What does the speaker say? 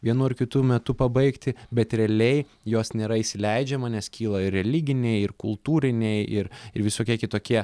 vienu ar kitu metu pabaigti bet realiai jos nėra įsileidžiama nes kyla ir religiniai ir kultūriniai ir ir visokie kitokie